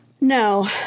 No